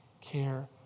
care